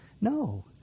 No